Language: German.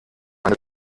eine